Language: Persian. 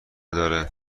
داره